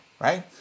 right